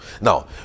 Now